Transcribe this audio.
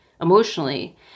emotionally